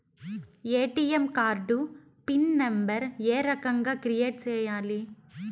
ATM card pin number ఏ రకంగా create సేయాలి